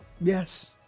Yes